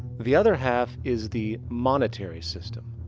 the other half is the monetary system.